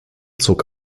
zog